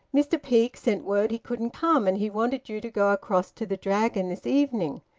mr peake sent word he couldn't come, and he wanted you to go across to the dragon this evening.